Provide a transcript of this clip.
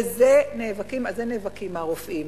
ועל זה נאבקים הרופאים.